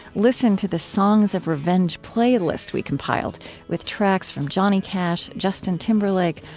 listen to the songs of revenge playlist we compiled with tracks from johnny cash, justin timberlake,